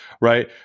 right